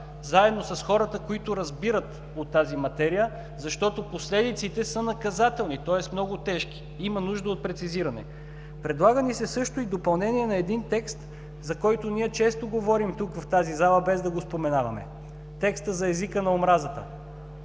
заедно с хората, които разбират от тази материя, защото последиците са наказателни, тоест много тежки. Има нужда от прецизиране. Предлага ни се също и допълнение на един текст, за който ние често говорим в залата, без да го споменаваме – текстът за езика на омразата.